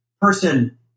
person